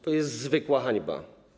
To jest zwykła hańba.